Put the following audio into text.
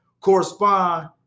correspond